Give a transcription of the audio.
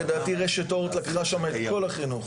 לדעתי רשת אורט לקחה שם את כל החינוך.